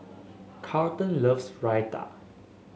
Carlton loves Raita